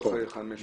מתוך חמש מכוניות.